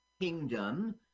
Kingdom